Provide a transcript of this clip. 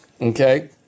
okay